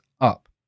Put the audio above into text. up